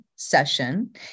Session